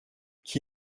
qui